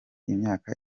imyaka